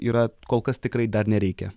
yra kol kas tikrai dar nereikia